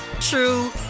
true